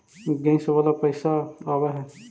Gas वाला पैसा आव है?